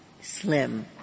slim